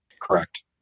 Correct